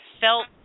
felt